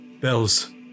Bells